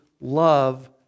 love